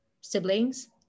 siblings